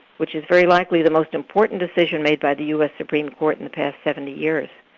which is very likely the most important decision made by the u s. supreme court in the past seventy years.